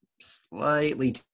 slightly